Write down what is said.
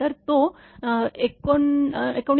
तर तो १९